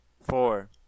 Four